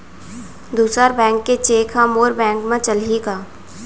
दूसर बैंक के चेक ह मोर बैंक म चलही का?